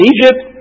Egypt